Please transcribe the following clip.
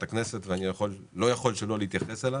הכנסת שאני לא יכול שלא להתייחס אליו.